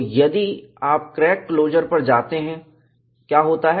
तो यदि आप क्रैक क्लोजर पर जाते हैं क्या होता है